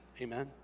Amen